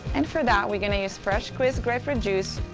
and for that we're going to use fresh squeezed grapefruit juice.